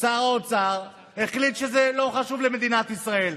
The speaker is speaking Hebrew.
שר האוצר החליט שזה לא חשוב למדינת ישראל,